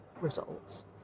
results